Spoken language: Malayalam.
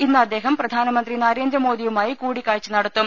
ഇന്ന് അദ്ദേഹം പ്രധാനമന്ത്രി നരേന്ദ്രമോദിയുമായി കൂടിക്കാഴ്ച നടത്തും